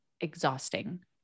exhausting